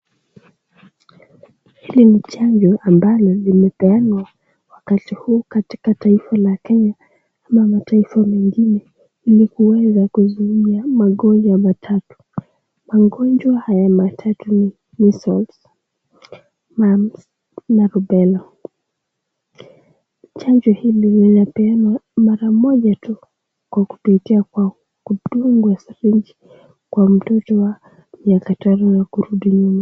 Hili ni chanjo ambalo limepeanwa wakati huu katika taifa la Kenya ama mataifa mengine ili kuweza kuzuia magonjwa matatu. Magonjwa haya matatu ni measles , mumps na rubella . Chanjo hili linapeanwa mara moja tu kwa kupitia kwa kudungwa sirinji kwa mtoto wa miaka tano na kurudi nyuma.